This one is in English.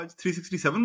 367